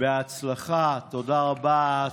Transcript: תודה רבה.